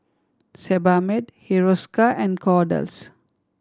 Sebamed Hiruscar and Kordel's